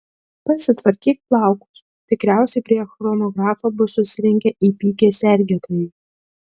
pasitvarkyk plaukus tikriausiai prie chronografo bus susirinkę įpykę sergėtojai